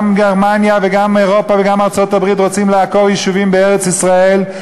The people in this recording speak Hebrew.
גם גרמניה וגם אירופה וגם ארצות-הברית רוצים לעקור יישובים בארץ-ישראל,